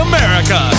America